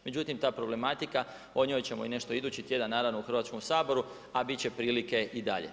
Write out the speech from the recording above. Međutim ta problematika, o njoj ćemo nešto idući tjedan u Hrvatskom saboru, a bit će prilike i dalje.